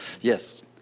Yes